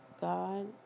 God